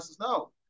no